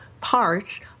parts